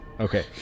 Okay